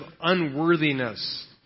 unworthiness